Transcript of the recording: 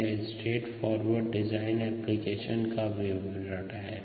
यह straightforward design application का विवरण है